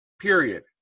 Period